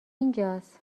اینجاس